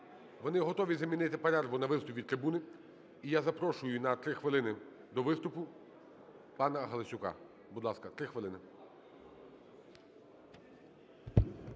Вони готові замінити перерву на виступ від трибуни. І я запрошую на 3 хвилини до виступу панаГаласюка. Будь ласка, 3 хвилини.